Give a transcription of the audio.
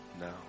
now